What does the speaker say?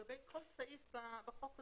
לגבי כל סעיף בחוק הזה.